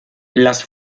las